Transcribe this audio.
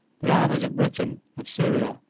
the armies of britain, of syria,